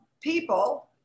people